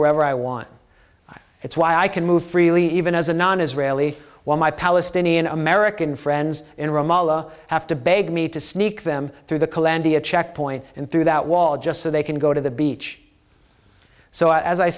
wherever i want it's why i can move freely even as a non israeli while my palestinian american friends in ramallah have to beg me to sneak them through the kalandia checkpoint and through that wall just so they can go to the beach so as i